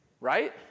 right